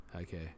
Okay